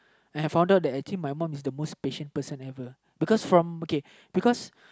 I've found out that actually my mum is the most patient person ever because from okay because